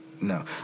No